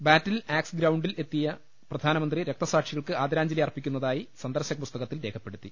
ബാറ്റിൽ axe ഗ്രൌണ്ടിൽ എത്തിയ പ്രധാനമന്ത്രി രക്തസാക്ഷികൾക്ക് ആദരാഞ്ജലി അർപ്പിക്കുന്നതായി സന്ദർശക പുസ്തകത്തിൽ രേഖപ്പെടുത്തി